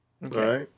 right